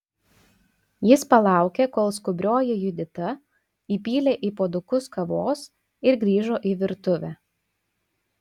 jis palaukė kol skubrioji judita įpylė į puodukus kavos ir grįžo į virtuvę